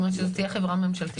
שזו תהיה חברה ממשלתית.